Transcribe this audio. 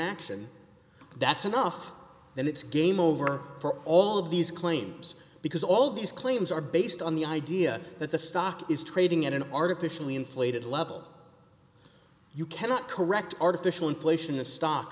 action that's enough then it's game over for all of these claims because all of these claims are based on the idea that the stock is trading at an artificially inflated level you cannot correct artificial inflation a stock